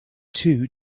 two